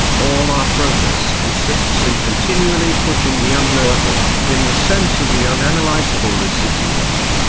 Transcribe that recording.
all our progress consists in continually pushing the unknowable, in the sense of the unanalysable residuum,